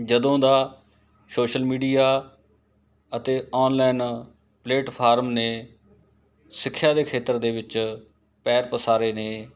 ਜਦੋਂ ਦਾ social media ਅਤੇ ਔਨਲਾਈਨ ਪਲੇਟਫਾਰਮ ਨੇ ਸਿੱਖਿਆ ਦੇ ਖੇਤਰ ਦੇ ਵਿੱਚ ਪੈਰ ਪਸਾਰੇ ਨੇ